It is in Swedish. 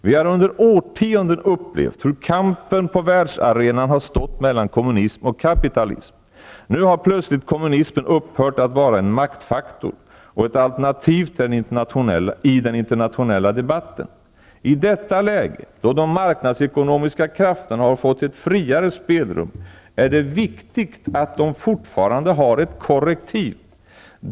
Vi har under årtionden upplevt hur kampen på världsarenan har stått mellan kommunism och kapitalism. Nu har plötsligt kommunismen upphört att vara en maktfaktor och ett alternativ i den internationella debatten. I detta läge, då de marknadsekonomiska krafterna har fått ett friare spelrum, är det viktigt att de fortfarande har ett korrektiv.